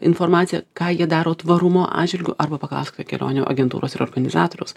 informaciją ką jie daro tvarumo atžvilgiu arba paklauskite kelionių agentūros ir organizatoriaus